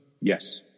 yes